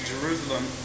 Jerusalem